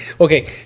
Okay